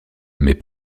mais